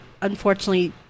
unfortunately